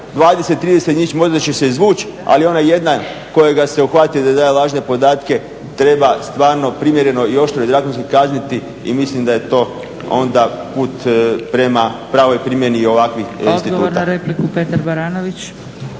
20, 30 njih možda će se izvući ali ona jedna kojega se uhvati da daje lažne podatke treba stvarno primjereno i oštro i zakonski kazniti i mislim da je to onda put prema pravoj primjeni i ovakvih instituta.